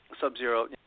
Sub-Zero